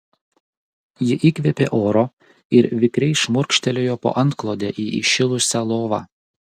ji įkvėpė oro ir vikriai šmurkštelėjo po antklode į įšilusią lovą